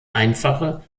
einfache